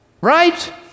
Right